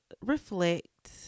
reflect